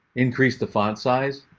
increase the font size.